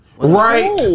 Right